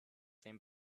same